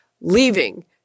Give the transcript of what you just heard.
leaving